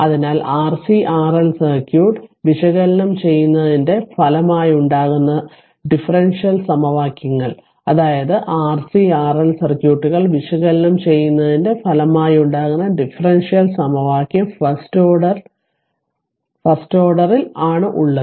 അതിനാൽ RC RL circuit വിശകലനം ചെയ്യുന്നതിന്റെ ഫലമായുണ്ടാകുന്ന ഡിഫറൻഷ്യൽ സമവാക്യങ്ങൾ അതായത് ആർസി ആർഎൽ സർക്യൂട്ടുകൾ വിശകലനം ചെയ്യുന്നതിന്റെ ഫലമായുണ്ടാകുന്ന ഡിഫറൻഷ്യൽ സമവാക്യം ഫസ്റ്റ് ഓർഡർ ഇൽ ആണ് ഉള്ളത്